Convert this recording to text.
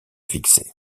fixé